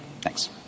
Thanks